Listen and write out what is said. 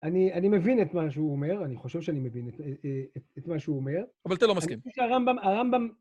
אני מבין את מה שהוא אומר, אני חושב שאני מבין את מה שהוא אומר. אבל אתה לא מסכים. הרמב"ם, הרמב"ם